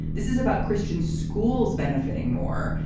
this is about christian schools benefiting more.